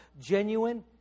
genuine